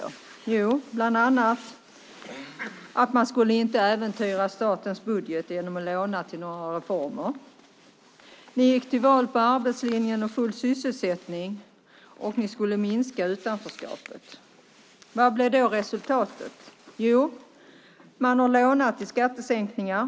Det var bland annat att ni inte skulle äventyra statens budget genom att låna till reformer. Ni gick till val på arbetslinjen och full sysselsättning, och ni skulle minska utanförskapet. Vad blev resultatet? Man har lånat till skattesänkningar.